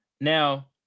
Now